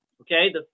Okay